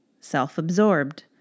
self-absorbed